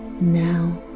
now